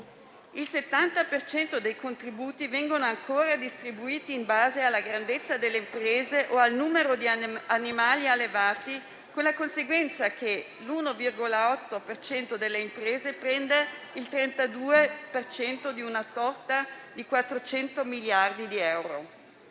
cento dei contributi vengono ancora distribuiti in base alla grandezza delle imprese o al numero di animali allevati, con la conseguenza che l'1,8 per cento delle imprese prende il 32 per cento di una torta di 400 miliardi di euro.